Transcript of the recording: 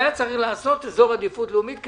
היה צריך לעשות אזור עדיפות לאומית,